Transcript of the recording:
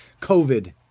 COVID